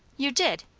you did!